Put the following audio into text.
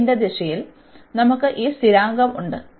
Y ന്റെ ദിശയിൽ നമുക്ക് ഈ സ്ഥിരാങ്കം ഉണ്ട്